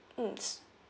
mmhmm